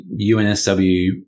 UNSW